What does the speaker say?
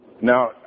Now